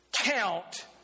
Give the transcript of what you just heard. count